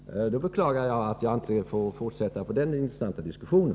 Herr talman! Då beklagar jag att jag inte får fortsätta den intressanta diskussionen.